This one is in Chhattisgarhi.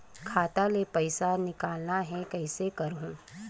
खाता ले पईसा निकालना हे, कइसे करहूं?